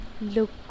look